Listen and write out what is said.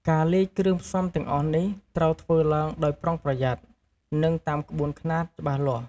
ការលាយគ្រឿងផ្សំទាំងអស់នេះ ត្រូវធ្វើឡើងដោយប្រុងប្រយ័ត្ន និងតាមក្បួនខ្នាតច្បាស់លាស់។